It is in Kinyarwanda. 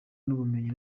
n’ubumenyi